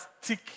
stick